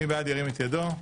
מי בעד ירים את ידו .